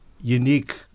unique